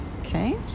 okay